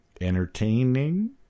entertaining